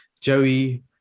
Joey